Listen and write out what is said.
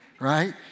Right